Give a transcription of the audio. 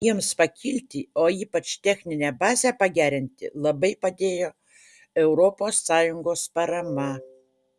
jiems pakilti o ypač techninę bazę pagerinti labai padėjo europos sąjungos parama